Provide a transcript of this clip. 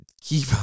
keep